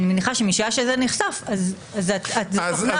אני מניחה שמשעה שזה נחשף, זו תוכנה חדשה --- לא